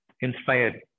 inspired